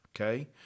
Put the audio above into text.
okay